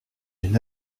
une